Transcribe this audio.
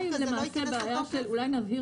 אולי נבהיר